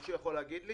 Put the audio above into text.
מישהו יכול לומר לי?